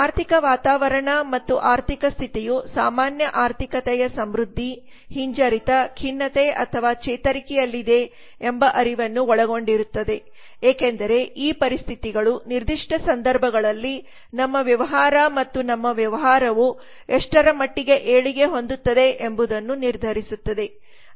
ಆರ್ಥಿಕ ವಾತಾವರಣ ಮತ್ತು ಆರ್ಥಿಕ ಸ್ಥಿತಿಯು ಸಾಮಾನ್ಯ ಆರ್ಥಿಕತೆಯು ಸಮೃದ್ಧಿ ಹಿಂಜರಿತ ಖಿನ್ನತೆ ಅಥವಾ ಚೇತರಿಕೆಯಲ್ಲಿದೆ ಎಂಬ ಅರಿವನ್ನು ಒಳಗೊಂಡಿರುತ್ತದೆ ಏಕೆಂದರೆ ಈ ಪರಿಸ್ಥಿತಿಗಳು ನಿರ್ದಿಷ್ಟ ಸಂದರ್ಭಗಳಲ್ಲಿ ನಮ್ಮ ವ್ಯವಹಾರ ಮತ್ತು ನಮ್ಮ ವ್ಯವಹಾರವು ಎಷ್ಟರ ಮಟ್ಟಿಗೆ ಏಳಿಗೆ ಹೊಂದುತ್ತದೆ ಎಂಬುದನ್ನು ನಿರ್ಧರಿಸುತ್ತದೆ